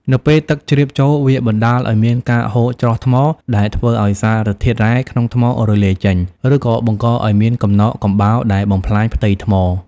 នៅពេលទឹកជ្រាបចូល វាបណ្ដាលឱ្យមានការហូរច្រោះថ្ម ដែលធ្វើឱ្យសារធាតុរ៉ែក្នុងថ្មរលាយចេញ ឬក៏បង្កឱ្យមានកំណកកំបោរដែលបំផ្លាញផ្ទៃថ្ម។